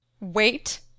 Wait